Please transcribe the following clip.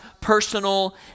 personal